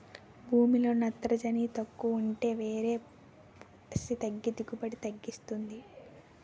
భూమిలో నత్రజని తక్కువుంటే వేరు పుస్టి తగ్గి దిగుబడిని తగ్గిస్తుంది